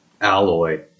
alloy